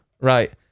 Right